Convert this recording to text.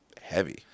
heavy